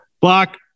Block